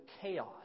chaos